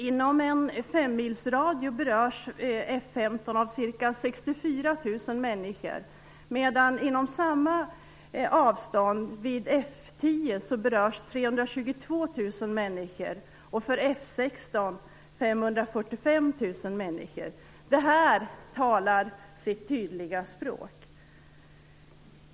Inom en femmilsradie berörs F 15 av ca 64 000 människor, medan inom samma avstånd vid F 10 berörs ca 322 000 människor och för F 16 ca 545 000 människor. Detta talar sitt tydliga språk.